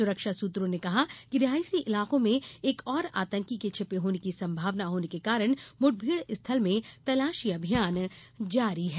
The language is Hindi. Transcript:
सुरक्षा सुत्रों ने कहा कि रिहायशी इलाके में एक और आतंकी के छिपे होने की संभावना होने के कारण मुठभेड़ स्थल में तलाशी अभियान जारी है